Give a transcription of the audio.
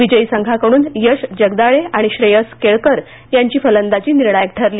विजयी संघाकडुन यश जगदाळे आणि श्रेयस केळकर यांची फलंदाजी निर्णायक ठरली